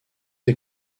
est